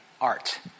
art